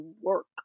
work